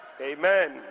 amen